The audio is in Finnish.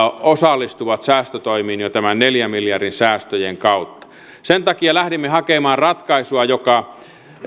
osallistuvat säästötoimiin jo tämän neljän miljardin säästöjen kautta sen takia lähdimme hakemaan ratkaisua joka